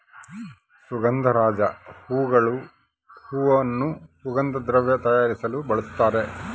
ಸುಗಂಧರಾಜ ಹೂಗಳು ಹೂವನ್ನು ಸುಗಂಧ ದ್ರವ್ಯ ತಯಾರಿಸಲು ಬಳಸ್ತಾರ